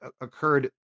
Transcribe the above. occurred